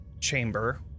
chamber